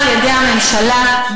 על-ידי הממשלה,